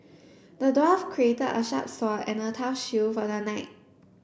the dwarf crafted a sharp sword and a tough shield for the knight